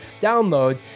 Download